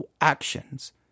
actions